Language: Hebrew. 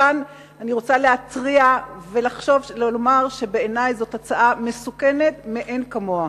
מכאן אני רוצה להתריע ולומר שבעיני זו הצעה מסוכנת מאין כמוה.